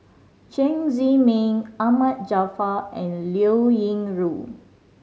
Chen Zhiming Ahmad Jaafar and Liao Yingru